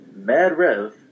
MadRev